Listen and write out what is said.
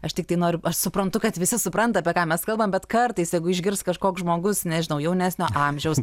aš tiktai noriu aš suprantu kad visi supranta apie ką mes kalbam bet kartais jeigu išgirs kažkoks žmogus nežinau jaunesnio amžiaus